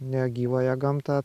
negyvąją gamtą